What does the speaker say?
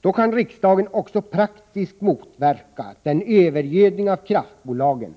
Då kan riksdagen också praktiskt motverka den övergödning av kraftbolagen